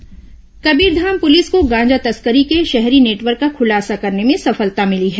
गांजा बरामद कबीरधाम पुलिस को गांजा तस्करी के शहरी नेटवर्क का खुलासा करने में सफलता मिली है